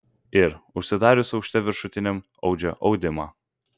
ir užsidarius aukšte viršutiniam audžia audimą